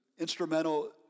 instrumental